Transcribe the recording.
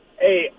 Hey